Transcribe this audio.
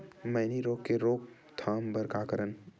मैनी रोग के रोक थाम बर का करन?